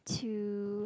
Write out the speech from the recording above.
chill